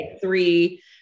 three